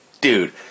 dude